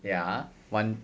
wait ah one